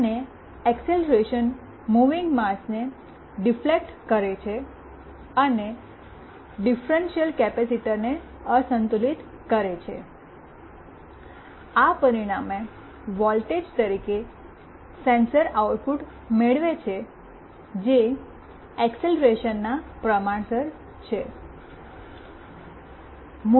અને acceleration moving mass ને deflect કરે છે અને ડિફરેન્શલ કેપેસિટરને અસંતુલિત કરે છે આ પરિણામે વોલ્ટેજ તરીકે સેન્સર આઉટપુટ મેળવે છે જે એકસેલરેશનના પ્રમાણસર છે